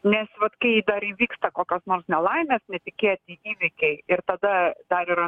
nes vat kai dar įvyksta kokios nors nelaimės netikėti įvykiai ir tada dar yra